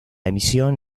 emisión